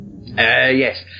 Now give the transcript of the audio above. yes